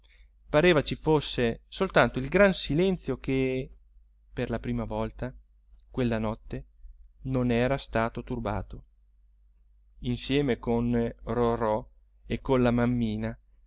pareva ci fosse soltanto il gran silenzio che per la prima volta quella notte non era stato turbato insieme con rorò e con la mammina